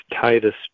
Titus